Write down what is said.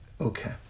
Okay